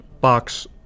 box